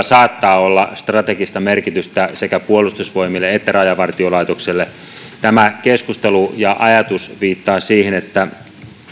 saattaa olla strategista merkitystä sekä puolustusvoimille että rajavartiolaitokselle tämä keskustelu ja ajatus viittaa siihen että